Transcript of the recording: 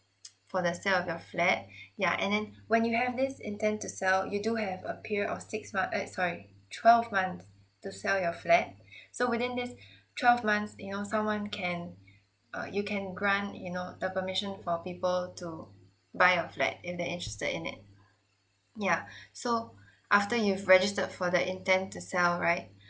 for the sale of your flat yeah and then when you have this intent to sell you do have a period of six mont~ eh sorry twelve months to sell your flat so within this twelve months you know someone can uh you can grant you know the permission for people to buy your flat if they're interested in it yeah so after you've registered for the intent to sell right